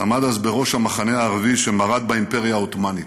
עמד אז בראש המחנה הערבי שמרד באימפריה העות'מאנית.